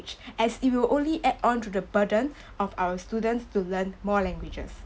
~age as it will only add on to the burden of our students to learn more languages